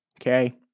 okay